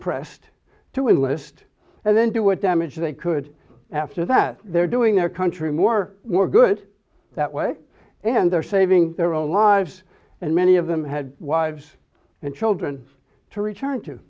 pressed to enlist and then do what damage they could after that they're doing their country more more good that way and they're saving their own lives and many of them had wives and children to return to